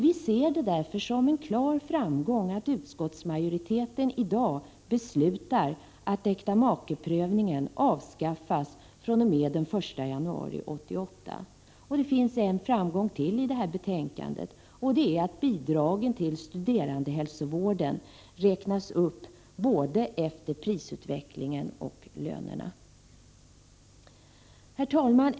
Vi ser det därför som en klar framgång att utskottsmajoriteten föreslår att äktamakeprövningen avskaffas fr.o.m. den 1 januari 1988. Det finns en framgång till i betänkandet, och det är att bidraget till studerandehälsovården räknas upp både efter prisutvecklingen och efter lönerna. Herr talman!